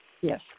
Yes